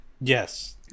Yes